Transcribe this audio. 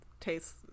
Tastes